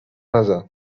نزن